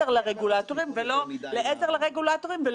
אלמלא הוועדה הזאת לא בטוח שהיינו רואים שינויים.